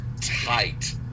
tight